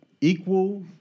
equal